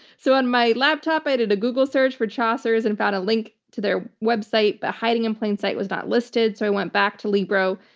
so on my laptop, i did a google search for chaucer's and found a link to their website, but hiding in plain sight was not listed. so i went back to libro.